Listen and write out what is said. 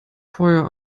feuer